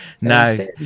no